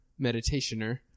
meditationer